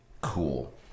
Cool